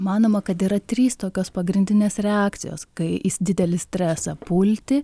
manoma kad yra trys tokios pagrindinės reakcijos kai į didelį stresą pulti